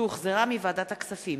שהחזירה ועדת הכספים.